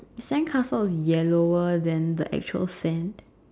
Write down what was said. the sandcastle is yellower than the actual sand